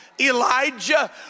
Elijah